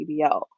PBL